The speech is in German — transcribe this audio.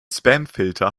spamfilter